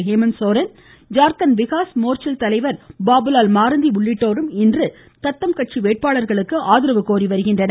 ஹேமந்த் ஸோரன் ஜார்கண்ட் விகாஸ் மோர்சல் தலைவர் பாபுலால் மாரந்தி உள்ளிட்டோரும் இன்று தத்தம் கட்சி வேட்பாளர்களுக்கு ஆதரவு கோரி வருகின்றனர்